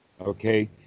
Okay